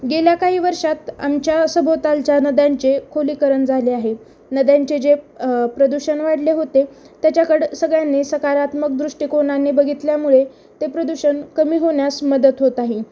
गेल्या काही वर्षात आमच्या सभोतालच्या नद्यांचे खोलीकरण झाले आहे नद्यांचे जे प्रदूषण वाढले होते त्याच्याकडं सगळ्यांनी सकारात्मक दृष्टिकोनाने बघितल्यामुळे ते प्रदूषण कमी होण्यास मदत होत आहे